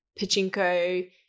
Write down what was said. Pachinko